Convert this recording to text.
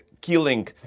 killing